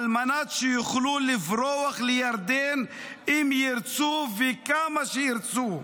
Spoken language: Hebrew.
על מנת שיוכלו לברוח לירדן אם ירצו וכמה שירצו.